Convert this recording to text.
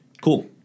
cool